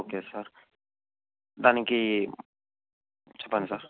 okay sir దానికి చెప్పండి sir